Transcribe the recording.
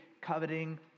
coveting